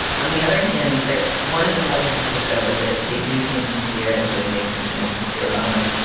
on the other hand, they're one of the pleasures of the show is that they do seem sincere and to have made some kind of sincere bonds.